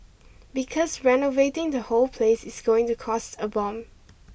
because renovating the whole place is going to cost a bomb